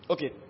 Okay